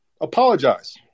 Apologize